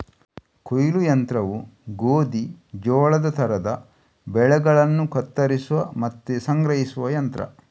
ಕೊಯ್ಲು ಯಂತ್ರವು ಗೋಧಿ, ಜೋಳದ ತರದ ಬೆಳೆಗಳನ್ನ ಕತ್ತರಿಸುವ ಮತ್ತೆ ಸಂಗ್ರಹಿಸುವ ಯಂತ್ರ